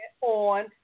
on